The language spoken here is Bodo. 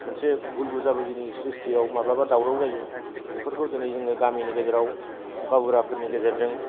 मोनसे भुल बुजा बुजिनि स्रिसथियाव माब्लाबा दावराव जायो बेफोरखौ दिनै जोङो गामिनि गेजेराव गावबुरा फोरनि गेजेरजों